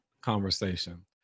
conversation